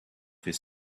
his